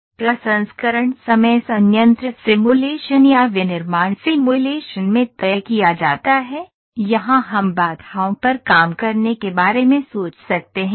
प्रसंस्करण समय संयंत्र सिमुलेशन या विनिर्माण सिमुलेशन में तय किया जाता है यहां हम बाधाओं पर काम करने के बारे में सोच सकते हैं